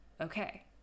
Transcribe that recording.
okay